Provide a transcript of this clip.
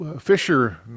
Fisher